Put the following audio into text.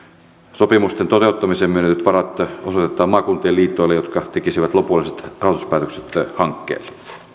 sopimusten toteuttamiseen myönnetyt varat osoitetaan maakuntien liitoille jotka tekisivät lopulliset rahoituspäätökset hankkeille